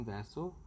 Vessel